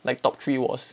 like top three was